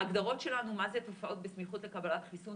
ההגדרות שלנו מה זה תופעות בסמיכות לקבלת חיסון,